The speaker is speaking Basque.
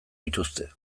dituzte